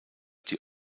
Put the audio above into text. die